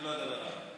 אני לא אדבר עליו.